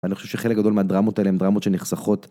ואני חושב שחלק גדול מהדרמות האלה הן דרמות שנחסכות.